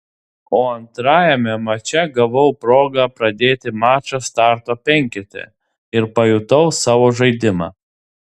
o antrajame mače gavau progą pradėti mačą starto penkete ir pajutau savo žaidimą